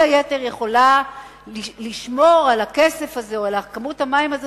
כל היתר יכולים לשמור על הכסף הזה או על כמות המים הזו,